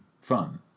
fun